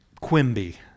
Quimby